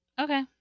Okay